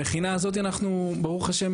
המכינה הזאת אנחנו ברוך ה'